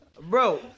Bro